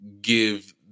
give